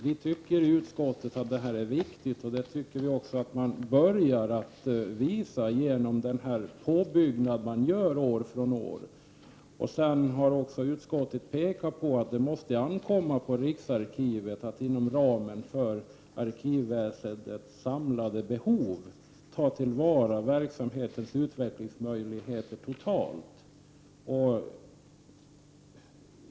Vi tycker i utskottet att det här är viktigt, och det tycker vi också att man börjat visa genom den påbyggnad man gör år från år. Utskottet har vidare pekat på att det måste ankomma på Riksarkivet att inom ramen för arkivväsendets samlade behov ta till vara verksamhetens utvecklingsmöjligheter totalt sett.